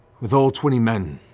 with all twenty men,